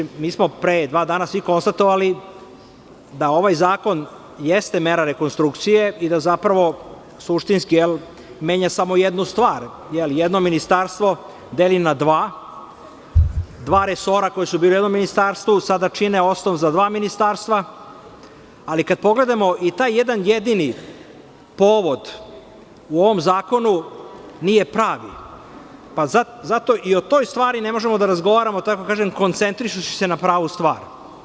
Mi smo pre dva dana svi konstatovali da ovaj zakon jeste mera rekonstrukcije i da zapravo suštinski menja samo jednu stvar, jedno ministarstvo deli na dva, dva resora koja su bila u jednom ministarstvu, sada čine osnov za dva ministarstva, ali kada pogledamo i taj jedini povod u ovom zakonu, nije pravi, pa zato i o toj stvari ne možemo da razgovaramo koncentrišući se na pravu stvar.